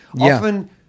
often